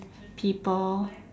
people